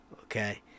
okay